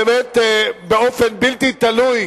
באמת, באופן בלתי תלוי